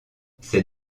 ces